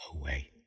away